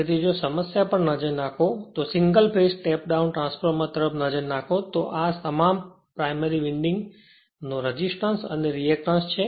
તેથી જો સમસ્યા પર નજર નાખો તો જો single phase step down transformer તરફ નજર નાખો તો આ તમામ આપેલ પ્રાઇમરી વિન્ડિંગ નો રેસિસ્ટન્સ અને રીએકટન્સ છે